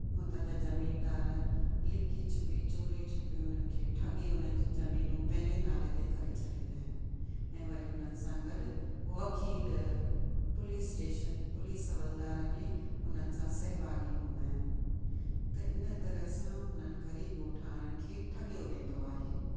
हुतां जा ज़मीनदार लिखी छुपी चोरी छुपी हुननि खे ठॻे हुननि जी ज़मीनू पंहिंजे नाले ते करे छॾींदा आहिनि ऐं वरी हुननि सां गॾु वकील पुलिस स्टेशन पुलिस हवलदार बि हुननि सां सहभागी हुंदा आहिनि त हिन तरह सां हुननि ग़रीबु ॻोठाणानि खे ठॻियो वेंदो आहे